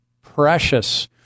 precious